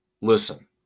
listen